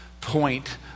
point